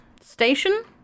station